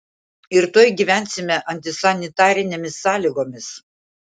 ir tuoj gyvensime antisanitarinėmis sąlygomis